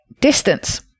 distance